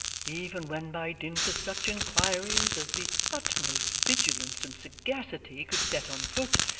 even when by dint of such inquiries as the utmost vigilance and sagacity could set on foot,